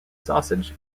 sausage